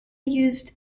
used